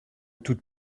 toute